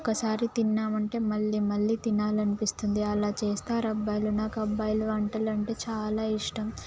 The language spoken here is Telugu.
ఒక్కసారి తిన్నామంటే మళ్ళీ మళ్ళీ తినాలని అనిపిస్తుంది అలా చేస్తారు అబ్బాయిలు నాకు అబ్బాయిల వంటలు అంటే చాలా ఇష్టం